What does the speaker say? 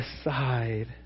aside